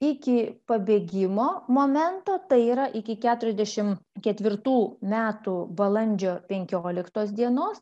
iki pabėgimo momento tai yra iki keturiasdešim ketvirtų metų balandžio penkioliktos dienos